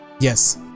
Yes